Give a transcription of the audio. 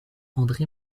andré